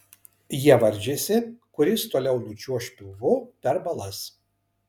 jie varžėsi kuris toliau nučiuoš pilvu per balas